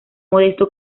modesto